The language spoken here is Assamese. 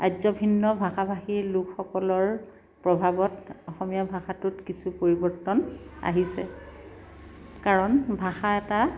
আৰ্যভিন্ন ভাষা ভাষী লোকসকলৰ প্ৰভাৱত অসমীয়া ভাষাটোত কিছু পৰিৱৰ্তন আহিছে কাৰণ ভাষা এটা